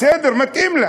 לא, זה בסדר, מתאים לה.